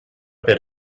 bit